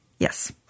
Yes